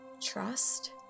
trust